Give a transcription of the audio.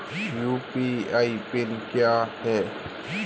UPI PIN क्या है?